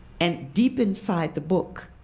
and deep inside the book,